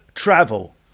Travel